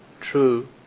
true